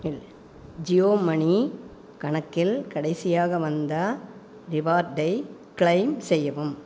இல் Jio money கணக்கில் கடைசியாக வந்த ரிவார்டை க்ளைம் செய்யவும்